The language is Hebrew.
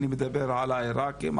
אני מדבר על העירקים,